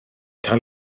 cael